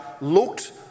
looked